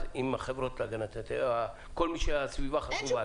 עם החברות להגנת הטבע וכל מי שהסביבה חשובה לו.